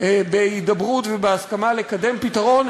בהידברות ובהסכמה לקדם פתרון,